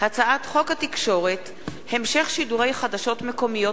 הצעת חוק התקשורת (המשך שידורי חדשות מקומיות